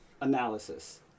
analysis